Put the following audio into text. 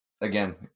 again